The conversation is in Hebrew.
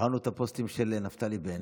קראנו את הפוסטים של נפתלי בנט,